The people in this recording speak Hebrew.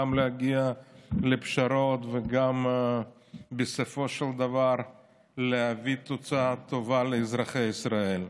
גם להגיע לפשרות וגם בסופו של דבר להביא תוצאה טובה לאזרחי ישראל.